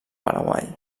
paraguai